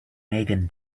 megan